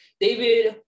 David